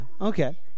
Okay